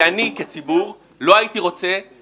כי אני כציבור לא הייתי רוצה,